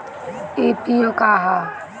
FPO का ह?